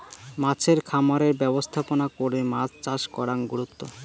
মাছের খামারের ব্যবস্থাপনা করে মাছ চাষ করাং গুরুত্ব